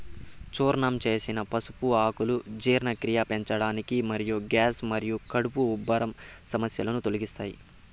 చూర్ణం చేసిన పసుపు ఆకులు జీర్ణక్రియను పెంచడానికి మరియు గ్యాస్ మరియు కడుపు ఉబ్బరం సమస్యలను తగ్గిస్తాయి